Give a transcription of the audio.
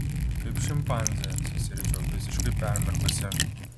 kaip šimpanzė susiriečiau visiškai permirkusi